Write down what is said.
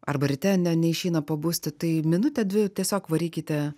arba ryte neišeina pabusti tai minutę dvi tiesiog varykite